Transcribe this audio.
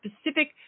specific